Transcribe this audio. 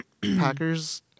Packers